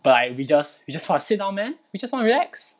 but like we just we just want to sit down man we just want to relax